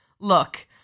Look